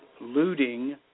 looting